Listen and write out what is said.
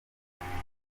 abafana